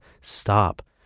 stop